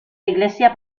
iglesia